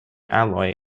alloy